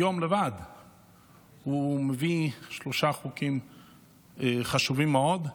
רק היום הוא מביא שלושה חוקים חשובים מאוד,